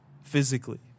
Physically